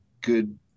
good